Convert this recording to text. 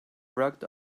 rugged